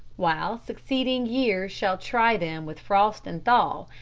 while succeeding years shall try them with frost and thaw,